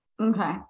Okay